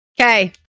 Okay